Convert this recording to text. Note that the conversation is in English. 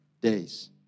Days